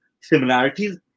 similarities